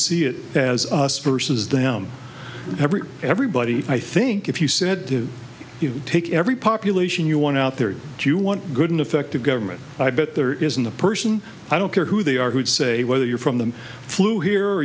see it as us versus them every everybody i think if you said to you take every population you want out there you want good and effective government i bet there isn't a person i don't care who they are who'd say whether you're from them flew here